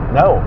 no